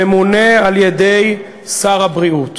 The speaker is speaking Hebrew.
ממונה על-ידי שר הבריאות.